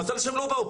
מזל שהם לא באו,